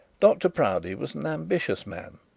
dr proudie was an ambitious man,